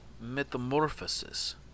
metamorphosis